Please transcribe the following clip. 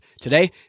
today